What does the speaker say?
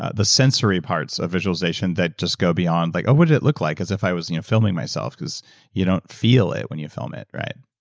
ah the sensory parts of visualization that just go beyond like, oh, what did it look like? cause if i was you know filming myself, cause i don't feel it when you film it, right?